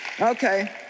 Okay